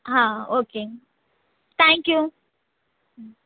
ஆ okay thank you ம்